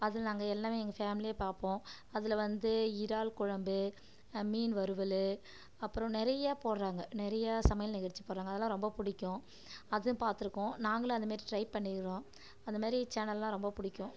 அது நாங்கள் எல்லாமே எங்கள் ஃபேம்லியே பார்ப்போம் அதில் வந்து இறால் குழம்பு மீன் வறுவல் அப்புறம் நிறைய போடுறாங்க நிறையா சமையல் நிகழ்ச்சி போடுறாங்க அதெலான் ரொம்ப பிடிக்கும் அதுவும் பார்த்துருக்கோம் நாங்களும் அந்தமாரி ட்ரை பண்ணியிருக்கோம் அந்தமாரி சேனல்லாம் ரொம்ப பிடிக்கும்